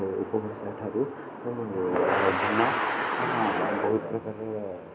ଉପଭସା ଠାରୁ ଧାନ ବହୁତ ପ୍ରକାରର